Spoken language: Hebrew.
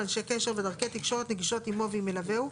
אנשי קשר ודרכי תקשורת נגישות עמו ועם מלווהו,